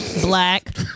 Black